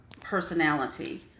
personality